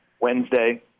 Wednesday